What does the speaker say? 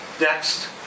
Next